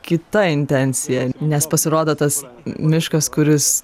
kita intencija nes pasirodo tas miškas kuris